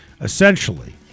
essentially